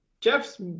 Jeff's